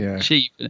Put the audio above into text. cheap